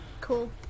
Cool